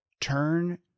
turn